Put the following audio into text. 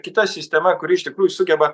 kita sistema kuri iš tikrųjų sugeba